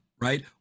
Right